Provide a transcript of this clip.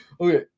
Okay